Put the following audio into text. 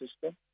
system